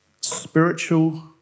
Spiritual